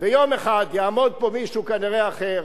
ויום אחד יעמוד פה מישהו, כנראה אחר,